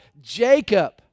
Jacob